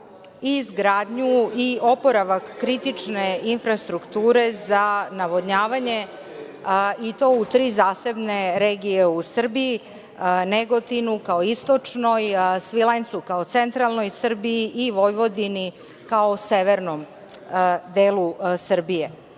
izgradnju i oporavak kritične infrastrukture za navodnjavanje, i to u tri zasebne regije u Srbiji - Negotinu kao istočnoj, Svilajncu kao centralnoj Srbiji i Vojvodini kao severnom delu Srbije.